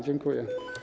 Dziękuję.